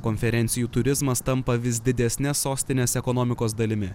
konferencijų turizmas tampa vis didesne sostinės ekonomikos dalimi